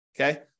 Okay